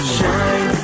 Shine